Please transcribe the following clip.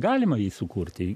galima jį sukurti